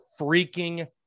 freaking